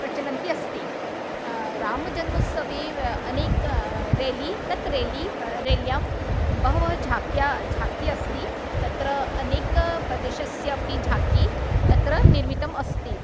प्रचलन् अस्ति रामजन्मोस्सवे अनेक रेली तत् रेली म रेल्यां बहवः झाक्या झाकी अस्ति तत्र अनेकस्य प्रदेशस्य अपि झाकी तत्र निर्मितम् अस्ति